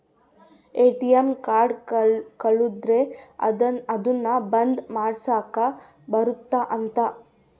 ATM card ಕಳುದ್ರೆ ಅದುನ್ನ ಬಂದ್ ಮಾಡ್ಸಕ್ ಬರುತ್ತ ಅಂತ